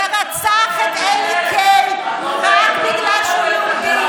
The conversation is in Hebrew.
שרצח את אלי קיי בדרך לכותל?